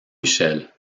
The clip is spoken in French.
michel